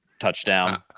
touchdown